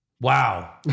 Wow